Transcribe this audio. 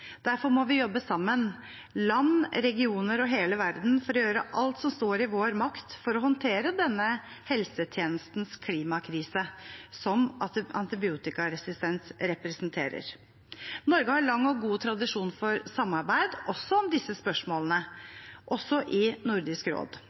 Derfor må vi jobbe sammen, land, regioner og hele verden, for å gjøre alt som står i vår makt, for å håndtere denne helsetjenestens klimakrise, som antibiotikaresistens representerer. Norge har lang og god tradisjon for samarbeid om disse spørsmålene,